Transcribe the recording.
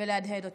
ולהדהד אותן.